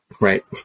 Right